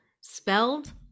Spelled